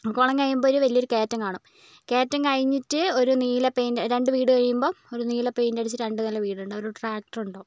കുളം കഴിയുമ്പോൾ വലിയൊരു കയറ്റം കാണും കയറ്റം കഴിഞ്ഞിട്ട് ഒരു നീല പെയിന്റ് രണ്ട് വീട് കഴിയുമ്പം ഒരു നീല പെയിന്റ് അടിച്ചിട്ട് രണ്ട് നില വീടുണ്ടാവും അവിരു ട്രാക്ടർ ഉണ്ടാവും